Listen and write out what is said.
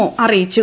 O അറിയിച്ചു